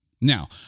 Now